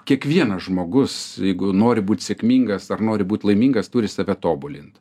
kiekvienas žmogus jeigu nori būt sėkmingas ar nori būt laimingas turi save tobulint